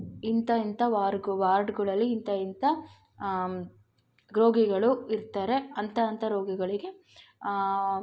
ಇಂಥ ಇಂಥ ವಾರ್ಗು ವಾರ್ಡ್ಗುಳಲ್ಲಿ ಇಂಥ ಇಂಥ ರೋಗಿಗಳು ಇರ್ತಾರೆ ಅಂಥ ಅಂಥ ರೋಗಿಗಳಿಗೆ